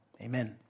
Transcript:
Amen